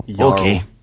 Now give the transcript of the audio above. Okay